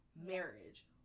marriage